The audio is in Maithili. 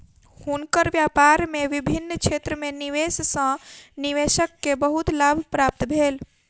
हुनकर व्यापार में विभिन्न क्षेत्र में निवेश सॅ निवेशक के बहुत लाभ प्राप्त भेल